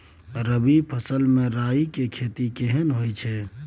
रबी फसल मे राई के खेती केहन होयत अछि?